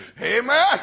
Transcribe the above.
Amen